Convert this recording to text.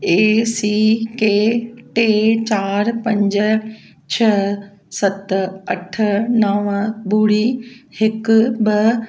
ए सी के टे चार पंज छह सत अठ नव ॿुड़ी हिकु ॿ